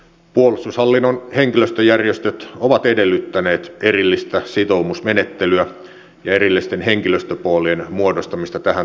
puolustushallinnon henkilöstöjärjestöt ovat edellyttäneet erillistä sitoumusmenettelyä ja erillisten henkilöstöpoolien muodostamista tähän tarkoitukseen